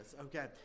okay